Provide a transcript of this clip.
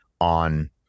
on